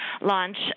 launch